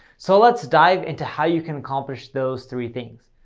so let's dive into how you can accomplish those three things.